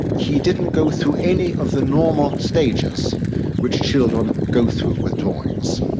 he didn't go through any of the normal stages which children go through with drawings.